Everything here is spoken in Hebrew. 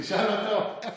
תשאל אותו.